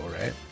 right